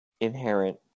inherent